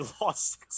lost